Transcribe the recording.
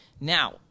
Now